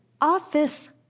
office